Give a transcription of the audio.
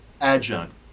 adjunct